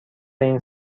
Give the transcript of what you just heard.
این